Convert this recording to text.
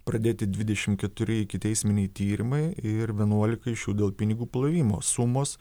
pradėti dvidešimt keturi ikiteisminiai tyrimai ir vienuolika iš jų dėl pinigų plovimo sumos